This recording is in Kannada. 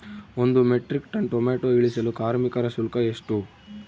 ಒಂದು ಮೆಟ್ರಿಕ್ ಟನ್ ಟೊಮೆಟೊ ಇಳಿಸಲು ಕಾರ್ಮಿಕರ ಶುಲ್ಕ ಎಷ್ಟು?